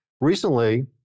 recently